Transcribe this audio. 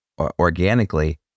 organically